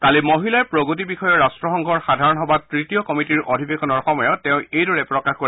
কালি মহিলাৰ প্ৰগতি বিষয়ৰ ৰাট্টসংঘৰ সাধাৰণ সভাত তৃতীয় কমিটীৰ অধিৱেশৰ সময়ত তেওঁ এইদৰে প্ৰকাশ কৰে